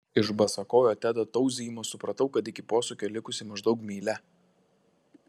iš basakojo tedo tauzijimo supratau kad iki posūkio likusi maždaug mylia